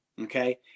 okay